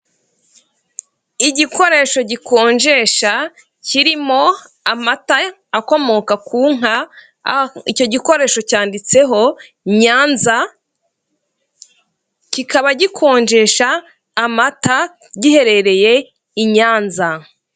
Igikoresho gikonjesha kirimo amata akomoka ku nka, icyo gikoresho cyanditseho Nyanza kikaba gikonjesha amata giherereye i Nyanza.